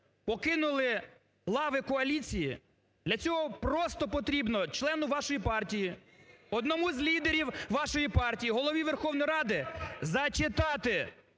покинули лави коаліції, для цього просто потрібно члену вашої партії, одному з лідерів вашої партії, Голові Верховної Ради зачитати